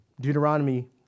Deuteronomy